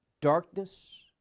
darkness